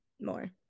More